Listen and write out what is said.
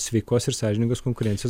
sveikos ir sąžiningos konkurencijos